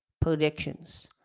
predictions